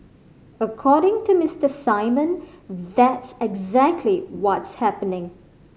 according to Mister Simon that's exactly what's happening